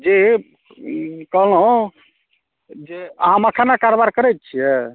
जी कहलहुँ जे अहाँ मखानक कारबार करै छियै